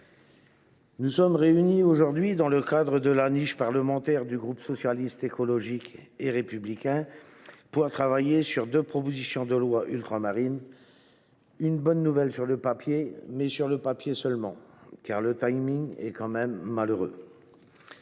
Nous sommes réunis aujourd’hui, dans le cadre de la niche parlementaire du groupe Socialiste, Écologiste et Républicain, pour travailler sur deux propositions de loi relatives aux outre mer. Il s’agit d’une bonne nouvelle sur le papier, mais sur le papier seulement, car le timing est tout de même malheureux.